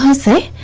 and see